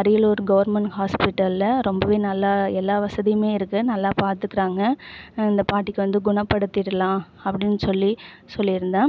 Ariyalur government ஹாஸ்பிட்டலில் ரொம்பவே நல்லா எல்லா வசதியுமே இருக்குது நல்லா பார்த்துக்குறாங்க அந்த பாட்டிக்கு வந்து குணப்படுத்திவிடலாம் அப்படின்னு சொல்லி சொல்லியிருந்தேன்